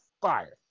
fire